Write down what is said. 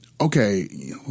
okay